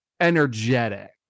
energetic